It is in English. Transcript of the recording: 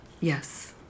Yes